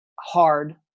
hard